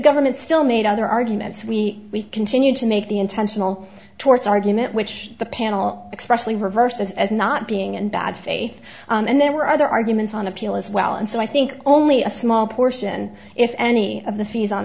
government still made other arguments we continued to make the intentional torts argument which the panel expressly reversed as not being in bad faith and there were other arguments on appeal as well and so i think only a small portion if any of the fees on